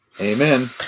Amen